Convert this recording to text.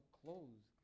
clothes